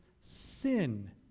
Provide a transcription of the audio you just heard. sin